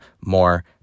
more